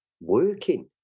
working